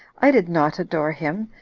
i did not adore him,